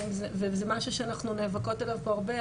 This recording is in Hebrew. וזה משהו שאנחנו נאבקות עליו פה הרבה,